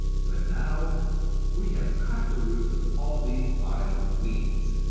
but now we have cut the roots of all these vile weeds.